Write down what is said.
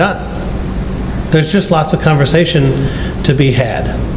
there's just lots of conversation to be had